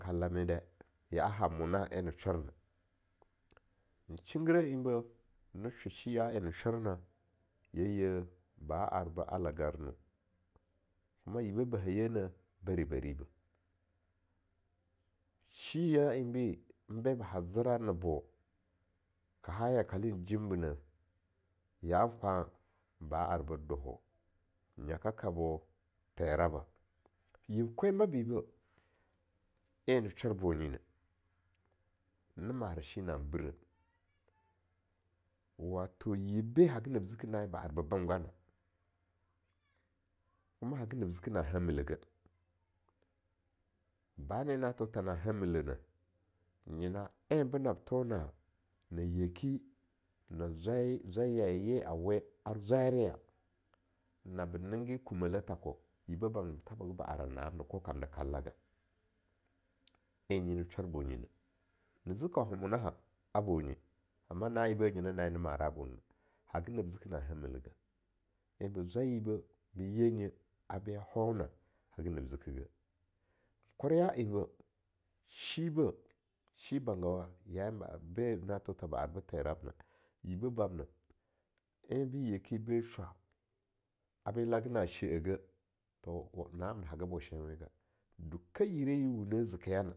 Kallame de, yaa nan mona enna shorna, nshingire enbeh ne sho shi ya en na shor na, ya yeh ba arbo Alagarno kuma yibeh be ba haye ne Bari-bari beh, shi ya bi be ba zera nabo, ka ha yakolen jimbeneh yaan kwan ba ar bo Doho, nyaka kabo Teraba, yib kwen ba bibeh en na shor bo nyineh, ne marei shi nah breh wato yibbe haga nab ziki na'a en ba arbo bemgana, kuma hage nab ziki na hamil eh geh, bana en na tho tha na hamil eh neh! nyena en benab thona, na yaki, na zwai zwai yaye ye a we ar zwayerya na ba nigge kumeleh thako, yibba bamna ba thabaga ba aran na amna ko kam da kallaga, en nyi na shor bo nyineh, nizi kaunhen monahan a bonyi, amma na enbi nya na en ne mara bonena, haga nab ziki na hamil eh geh, en be zwai yibeh be yanye, a be hona, haga nab zikige, korya en beh shibeh, shi bangawa ya en be na tho tha ba arbe Terabna, yiba bamna en bi yeki be shwa, a be laga na she-eh geh, to na'amna haga bo shenwenga, dukeh yiriye wuna zekeyana.